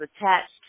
attached